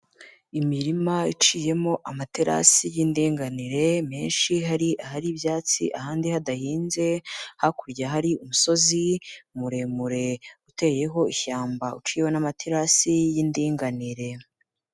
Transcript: Imirima iciyemo amaterasi y'indinganire menshi, hari ahari ibyatsi ahandi hadahinze, hakurya hari umusozi muremure uteyeho ishyamba uciyeho n'amaterasi y'indinganire.